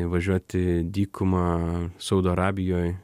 važiuoti dykuma saudo arabijoj